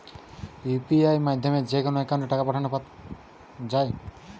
UPI মাধ্যমে যেকোনো একাউন্টে টাকা পাঠাতে পারি?